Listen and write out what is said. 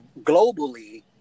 globally